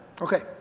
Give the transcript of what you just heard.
Okay